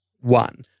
one